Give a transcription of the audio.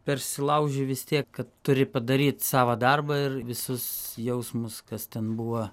persilauži vis tiek kad turi padaryt sava darbą ir visus jausmus kas ten buvo